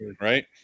right